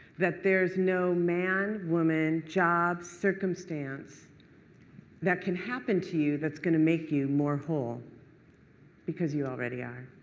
that there is no man, woman, job, circumstance that can happen to you that is going to make you more whole because you already are.